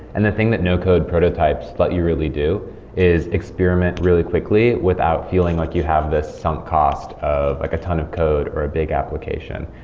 and the thing that no-code prototypes let you really do is experiment really quickly without feeling like you have this sunk cost of like a ton of code, or a big application.